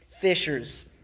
fishers